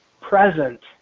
present